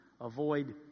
avoid